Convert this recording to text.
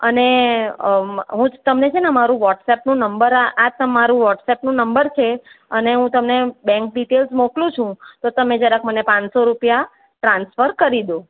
અને હુ તમને છેને મારું વોટસ અપનું નંબર આ તમારું વોટસ અપનું નંબર છે અને હુ તમને બેન્ક ડીટેઈલ્સ મોકલું છું તો તમે મને જરાક પાનસો રૂપીયા ટ્રાન્સફર કરી દો